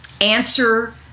answer